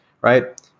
right